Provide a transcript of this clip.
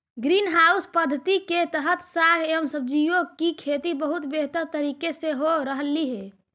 green house पद्धति के तहत साग एवं सब्जियों की खेती बहुत बेहतर तरीके से हो रहलइ हे